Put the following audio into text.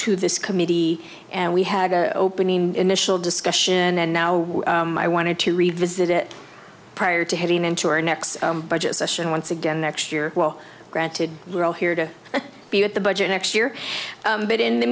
to this committee and we had a opening initial discussion and now i wanted to revisit it prior to heading into our next budget session once again next year well granted we are all here to be at the budget next year but in the